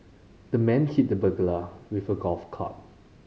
the man hit the burglar with a golf club